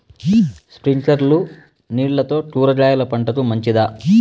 స్ప్రింక్లర్లు నీళ్లతో కూరగాయల పంటకు మంచిదా?